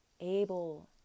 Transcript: able